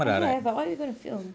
I have but what are you going to film